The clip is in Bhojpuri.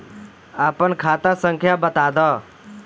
आपन खाता संख्या बताद